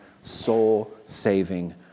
soul-saving